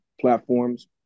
platforms